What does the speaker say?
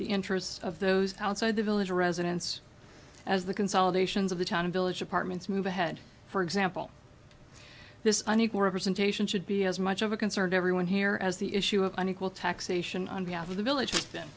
the interests of those outside the village or residents as the consolidations of the town of village apartments move ahead for example this unequal representation should be as much of a concern everyone here as the issue of unequal taxation on behalf of the village